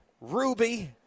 Ruby